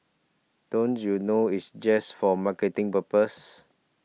don't you know it's just for marketing purposes